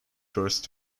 first